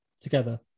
together